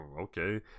okay